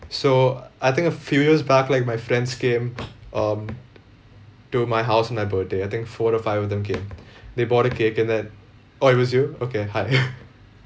so I think a few years back like my friends came um to my house on my birthday I think four or five of them came they bought a cake and then oh it was you okay hi